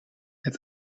het